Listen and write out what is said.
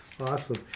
Awesome